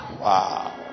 wow